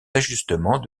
ajustements